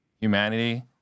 humanity